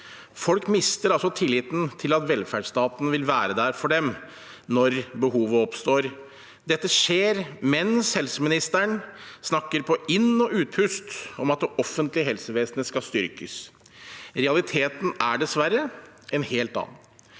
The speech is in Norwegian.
Folk mister tilliten til at velferdsstaten vil være der for dem når behovet oppstår. Dette skjer mens helseministeren snakker på inn- og utpust om at det offentlige helsevesenet skal styrkes. Realiteten er dessverre en helt annen.